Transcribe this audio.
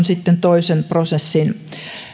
sitten toisen prosessin